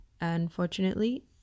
Unfortunately